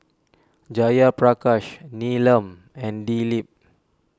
Jayaprakash Neelam and Dilip